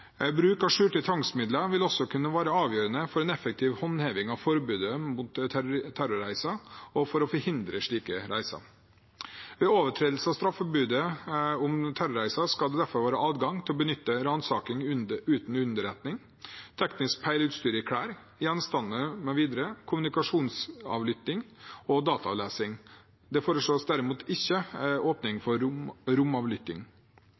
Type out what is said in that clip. Bruk av skjulte tvangsmidler vil også kunne være avgjørende for en effektiv håndheving av forbudet mot terrorreiser og for å forhindre slike reiser. Ved overtredelse av straffebudet om terrorreiser skal det derfor være adgang til å benytte ransaking uten underretning, teknisk peileutstyr i klær, gjenstander mv., kommunikasjonsavlytting og dataavlesing. Det foreslås derimot ikke åpning for romavlytting.